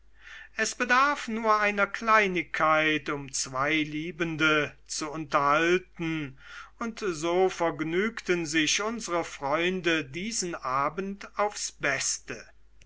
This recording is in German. es bedarf nur einer kleinigkeit um zwei liebende zu unterhalten und so vergnügten sich unsere freunde diesen abend aufs beste